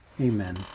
Amen